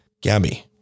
Gabby